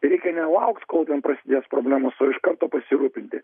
reikia nelaukt kol ten prasidės problemos o iš karto pasirūpinti